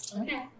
Okay